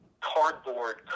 cardboard